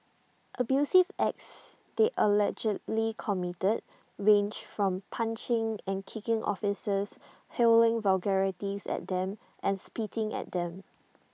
abusive acts they allegedly committed range from punching and kicking officers hurling vulgarities at them and spitting at them